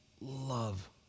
love